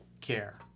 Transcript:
care